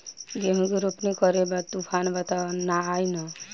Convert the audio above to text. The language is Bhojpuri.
गेहूं के रोपनी करे के बा तूफान त ना आई न?